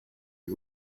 are